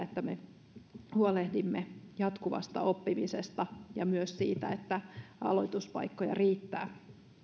että me huolehdimme jatkuvasta oppimisesta ja myös siitä että aloituspaikkoja riittää